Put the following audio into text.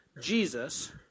Jesus